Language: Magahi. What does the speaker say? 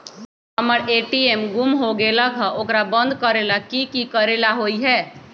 हमर ए.टी.एम गुम हो गेलक ह ओकरा बंद करेला कि कि करेला होई है?